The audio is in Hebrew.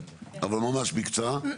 אבל ממש בקצרה.